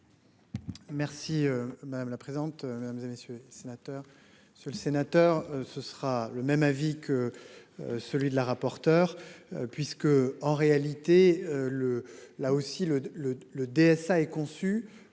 Merci madame la présente Mesdames et messieurs sénateurs